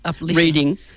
reading